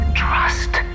trust